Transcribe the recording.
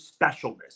specialness